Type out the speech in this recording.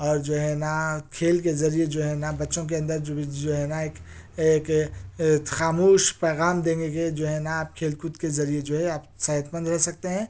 اور جو ہے نا کھیل کے ذریعے جو ہے نا بچوں کے اندر جو ہے نا ایک ایک خاموش پیغام دیں گے کہ جو ہے نا کھیل کود کے ذریعے جو ہے آپ صحت مند رہ سکتے ہیں